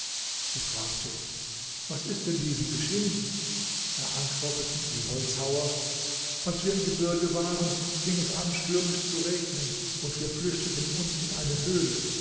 sie fragte was ist denn diesem geschehen da antworteten die holzhauer als wir im gebirge waren fing es an stürmisch zu regnen und wir flüchteten uns in eine höhle